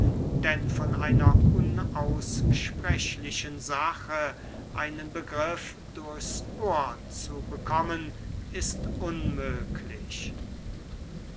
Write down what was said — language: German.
denn von einer unaussprechlichen sache einen begriff durchs ohr zu bekommen ist unmöglich